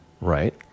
right